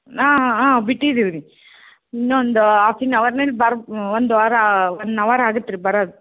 ಹಾಂ ಹಾಂ ಹಾಂ ಬಿಟ್ಟಿದೀವಿ ರೀ ಇನ್ನೊಂದು ಹಾಫ್ ಇನ್ ಅವರ್ನಲ್ಲಿ ಬರು ಒಂದು ವಾರ ಒನ್ ಅವರ್ ಆಗುತ್ತೆ ರೀ ಬರೋದ್